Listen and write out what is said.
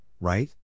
right